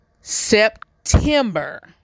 September